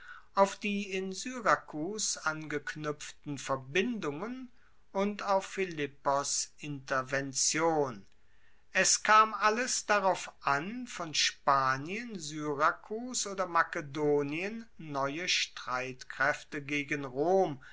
auf die in syrakus angeknuepften verbindungen und auf philippos intervention es kam alles darauf an von spanien syrakus oder makedonien neue streitkraefte gegen rom